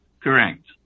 Correct